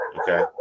Okay